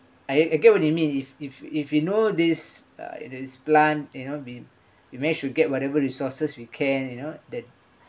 I I get what you mean if if if you know this uh it is bland you know the you may should get whatever resources we can you know that